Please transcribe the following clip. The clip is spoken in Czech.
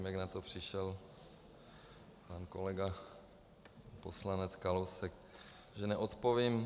Nevím, jak na to přišel pan kolega poslanec Kalousek, že neodpovím.